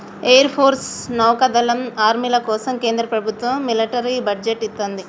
air force, నౌకాదళం, ఆర్మీల కోసం కేంద్ర ప్రభత్వం మిలిటరీ బడ్జెట్ ఇత్తంది